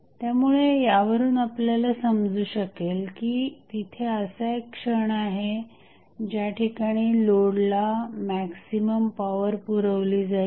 त्यामुळे यावरून आपल्याला समजू शकेल की तिथे असा एक क्षण आहे ज्याठिकाणी लोडला मॅक्झिमम पॉवर पुरवली जाईल